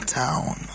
town